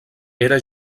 era